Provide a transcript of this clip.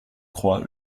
croix